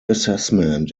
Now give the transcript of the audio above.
assessment